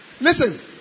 Listen